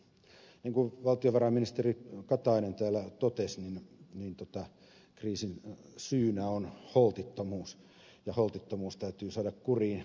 niin kuin valtionvarainministeri katainen täällä totesi kriisin syynä on holtittomuus ja holtittomuus täytyy saada kuriin